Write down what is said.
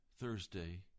Thursday